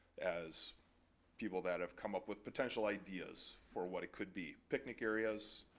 as people that have come up with potential ideas for what it could be. picnic areas,